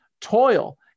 toil